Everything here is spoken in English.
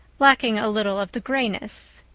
lacking a little of the grayness.